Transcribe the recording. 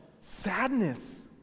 Sadness